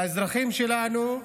לאזרחים שלנו,